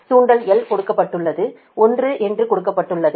தூண்டல் L கொடுக்கப்பட்டுள்ளது 1 என்று கொடுக்கப்பட்டுள்ளது